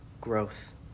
growth